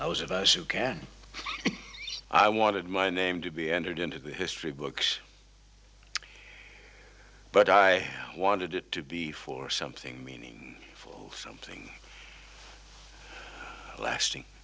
can i wanted my name to be entered into the history books but i wanted it to be for something meaning full something lasting